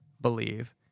believe